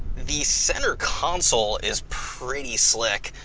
the center console is pretty slick.